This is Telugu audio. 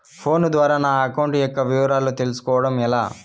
ఫోను ద్వారా నా అకౌంట్ యొక్క వివరాలు తెలుస్కోవడం ఎలా?